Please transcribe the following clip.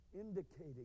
indicating